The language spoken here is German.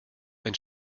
ein